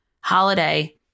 holiday